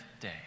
day